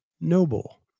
Noble